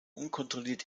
unkontrolliert